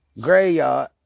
graveyard